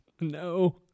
no